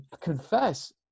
confess